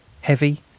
heavy